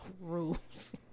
rules